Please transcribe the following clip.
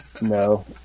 no